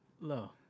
Low